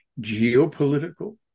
geopolitical